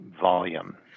volume